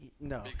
No